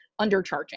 undercharging